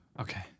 Okay